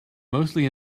mostly